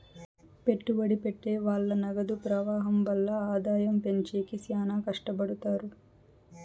పెట్టుబడి పెట్టె వాళ్ళు నగదు ప్రవాహం వల్ల ఆదాయం పెంచేకి శ్యానా కట్టపడుతారు